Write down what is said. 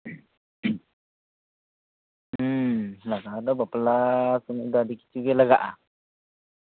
ᱦᱩᱸ ᱞᱟᱜᱟᱣ ᱫᱚ ᱵᱟᱯᱞᱟ ᱥᱚᱢᱚᱭ ᱫᱚ ᱟᱹᱰᱤ ᱠᱤᱪᱷᱩ ᱜᱮ ᱞᱟᱜᱟᱜᱼᱟ